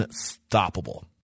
unstoppable